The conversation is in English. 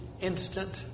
instant